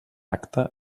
acte